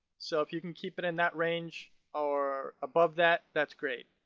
so if you can keep it in that range or above that, that's great.